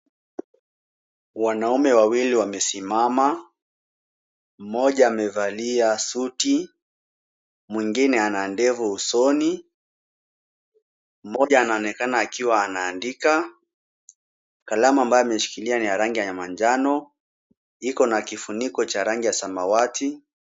Wanaume wawili wamesimama, mmoja amevalia suti, mwingine ana ndevu usoni, mmoja anaonekana akiwa anaandika, kalamu ambayo ameshikilia ni ya rangi ya manjano, iko na kifuniko cha rangi ya samawati.